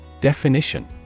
Definition